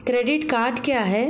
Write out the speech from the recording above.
Credit card क्या है?